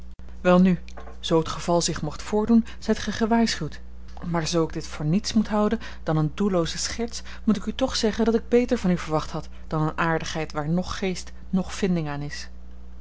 welnu zoo t geval zich mocht voordoen zijt gij gewaarschuwd maar zoo ik dit voor niets moet houden dan eene doellooze scherts moet ik u toch zeggen dat ik beter van u verwacht had dan eene aardigheid waar noch geest noch vinding aan is